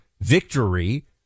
victory